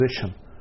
position